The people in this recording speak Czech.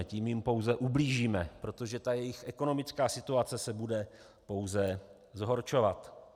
Tím jim pouze ublížíme, protože jejich ekonomická situace se bude pouze zhoršovat.